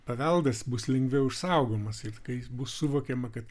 paveldas bus lengviau išsaugomas ir kai jis bus suvokiama kad